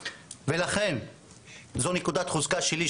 לכן זו נקודת חוזקה שלי,